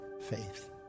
faith